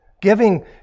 Giving